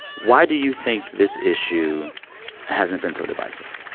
why do you think this issue hasn't been so divisive?